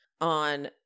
on